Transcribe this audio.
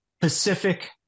Pacific